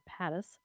Pattis